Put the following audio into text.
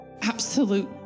absolute